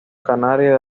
canario